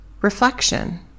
Reflection